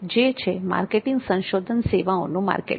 જે છે માર્કેટિંગ સંશોધન સેવાઓનું માર્કેટિંગ